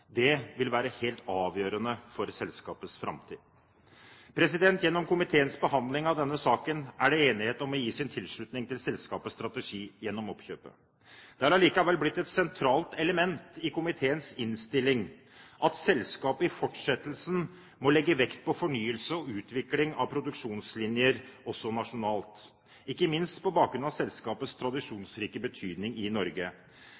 Det vil være helt avgjørende for selskapets framtid. Gjennom komiteens behandling av denne saken er det enighet om å gi tilslutning til selskapets strategi gjennom oppkjøpet. Det er allikevel blitt et sentralt element i komiteens innstilling at selskapet i fortsettelsen må legge vekt på fornyelse og utvikling av produksjonslinjer også nasjonalt, ikke minst på bakgrunn av selskapets tradisjonsrike betydning i Norge.